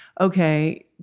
okay